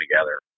together